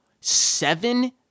seven